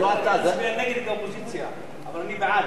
אני רגיל להצביע נגד, כאופוזיציה, אבל אני בעד.